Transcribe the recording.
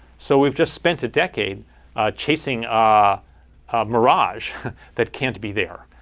so we've just spent a decade chasing a mirage that can't be there,